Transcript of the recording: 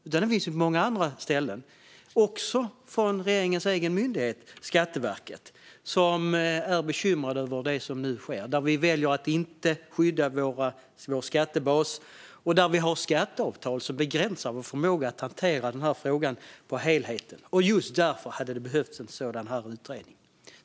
Den finns på många andra ställen - också på regeringens egen myndighet Skatteverket, där man är bekymrad över det som nu sker när vi väljer att inte skydda vår skattebas och har skatteavtal som begränsar vår förmåga att hantera den här frågan och helheten. Just därför hade det behövts en sådan här utredning.